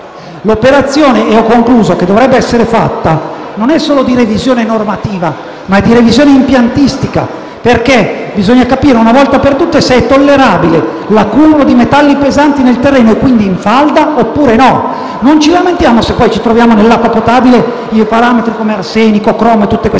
L’operazione che dovrebbe essere fatta non è solo di revisione normativa, ma di revisione impiantistica, perché bisogna capire una volta per tutte se è tollerabile l’accumulo di metalli pesanti nel terreno, e quindi in falda, oppure no. Non ci lamentiamo se poi troviamo nell’acqua potabile parametri come arsenico, cromo e tutte queste cose.